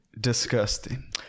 disgusting